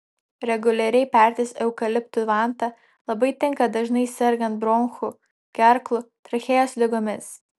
reguliariai pertis eukaliptų vanta labai tinka dažnai sergant bronchų gerklų trachėjos ligomis